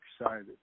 excited